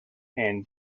and